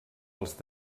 els